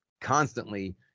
constantly